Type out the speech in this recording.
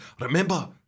Remember